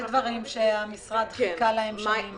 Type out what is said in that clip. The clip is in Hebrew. יש הרבה דברים שהמשרד חיכה להם שנים.